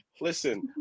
listen